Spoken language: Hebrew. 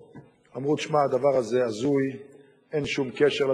שזה בוודאי דבר חשוב שכדאי לאזכר אותו